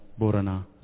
Borana